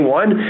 one